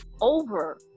over